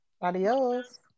Adios